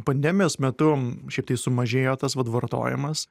pandemijos metu šiaip tai sumažėjo tas vat vartojimas